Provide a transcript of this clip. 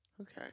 Okay